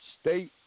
state